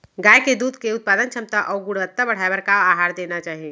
गाय के दूध के उत्पादन क्षमता अऊ गुणवत्ता बढ़ाये बर का आहार देना चाही?